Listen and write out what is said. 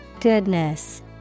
goodness